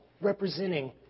representing